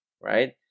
right